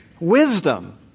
wisdom